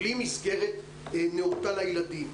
בלי מסגרת נאותה לילדים.